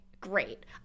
great